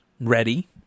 ready